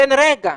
בין רגע.